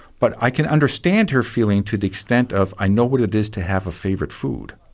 but i can understand her feeling to the extent of, i know what it is to have a favourite food.